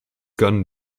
gun